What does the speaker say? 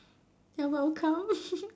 you're welcome